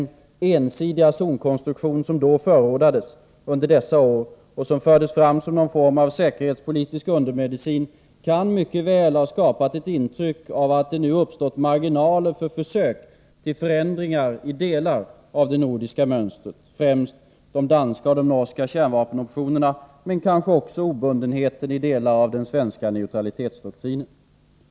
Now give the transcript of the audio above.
Den ensidiga zonkonstruktion som förordades under dessa år och fördes fram som en form av säkerhetspolitisk undermedicin kan mycket väl ha skapat ett intryck av att det nu uppstått marginaler för försök till förändringar i delar av det nordiska mönstret. Främst de danska och norska kärnvapenoptionerna men kanske också obundenheten i delar av den svenska neutralitetsdoktrinen kan ha medverkat till detta.